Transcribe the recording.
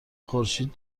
خورشید